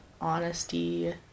honesty